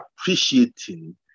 appreciating